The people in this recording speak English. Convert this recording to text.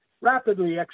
rapidly